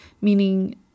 meaning